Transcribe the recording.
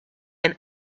and